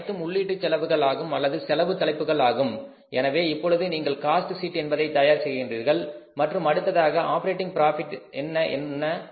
இவை அனைத்தும் உள்ளீட்டுச் செலவுகள் ஆகும் அல்லது செலவு தலைப்புகள் ஆகும் எனவே இப்பொழுது நீங்கள் காஸ்ட் ஷீட் என்பதை தயார் செய்கிறீர்கள் மற்றும் அடுத்ததாக ஆப்பரேட்டிங் ப்ராபிட் என்பது என்ன